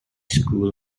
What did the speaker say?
school